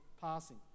passing